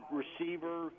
receiver